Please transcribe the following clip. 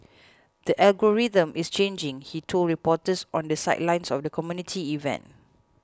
the algorithm is changing he told reporters on the sidelines of the community event